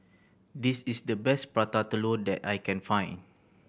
this is the best Prata Telur that I can find